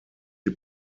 die